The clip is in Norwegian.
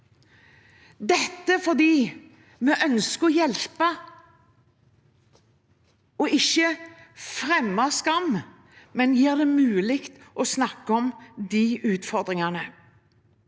dette fordi vi ønsker å hjelpe og ikke fremme skam, men gjøre det mulig å snakke om disse utfordringene.